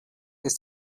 ist